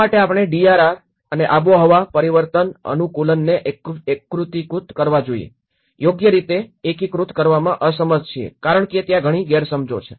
શા માટે આપણે ડીઆરઆર અને આબોહવા પરિવર્તન અનુકૂલનને એકીકૃત કરવા યોગ્ય રીતે એકીકૃત કરવામાં અસમર્થ છીએ કારણ કે ત્યાં ઘણી ગેરસમજણો છે